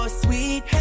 sweet